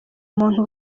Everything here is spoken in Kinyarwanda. umuntu